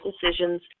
decisions